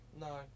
No